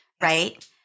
right